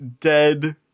dead